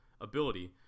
ability